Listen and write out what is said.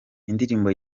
indirimbo